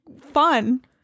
fun